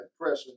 pressure